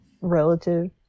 relative